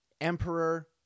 emperor